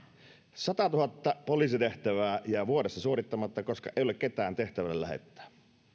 satatuhatta poliisitehtävää jää vuodessa suorittamatta koska ei ole ketään tehtävälle lähettää